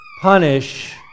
punish